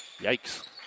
Yikes